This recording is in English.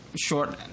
short